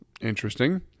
interesting